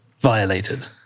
violated